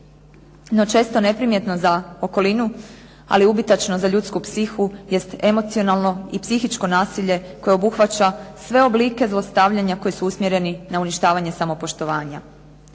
No, često neprimjetno za okolinu, ali ubitačno za ljudsku psihu jest emocionalno i psihičko nasilje koje obuhvaća sve oblike zlostavljanja koji su usmjereni na uništavanje samopoštovanja.